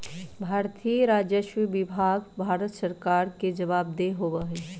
भारतीय राजस्व सेवा विभाग भारत सरकार के जवाबदेह होबा हई